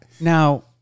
Now